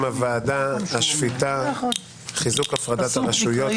הוועדה: השפיטה (חיזוק הפרדת הרשויות).